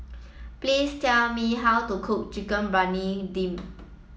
please tell me how to cook Chicken Briyani Dum